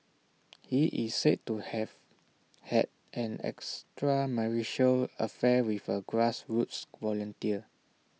he is said to have had an extramarital affair with A grassroots volunteer